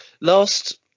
Last